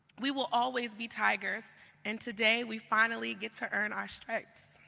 we will always be tigers and today we finally get to earn our stripes.